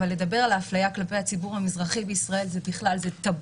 אבל לדבר על ההפליה כלפי הציבור המזרחי בישראל זה טבו.